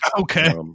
okay